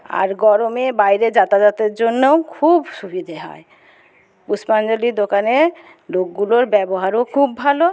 আর গরমে বাইরে যাতাযাতের জন্যও খুব সুবিধে হয় পুষ্পাঞ্জলির দোকানে লোকগুলোর ব্যবহারও খুব ভালো